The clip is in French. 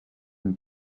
une